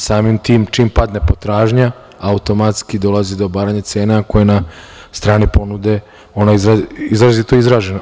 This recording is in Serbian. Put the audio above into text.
Samim tim, čim padne potražnja automatski dolazi do obaranja cena koja je na strani ponude izuzetno izražena.